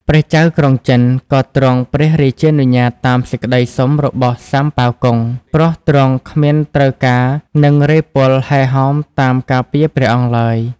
ព្រះចៅក្រុងចិនក៏ទ្រង់ព្រះរាជានុញ្ញាតតាមសេចក្ដីសុំរបស់ សាមប៉ាវកុង ព្រោះទ្រង់គ្មានត្រូវការនឹងរេហ៍ពលហែហមតាមការពារព្រះអង្គឡើយ ។